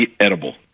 edible